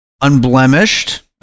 unblemished